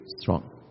strong